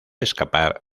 escapar